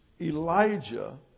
Elijah